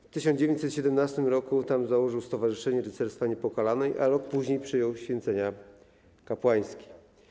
W 1917 r. założył tam Stowarzyszenie Rycerstwa Niepokalanej, a rok później przyjął święcenia kapłańskie.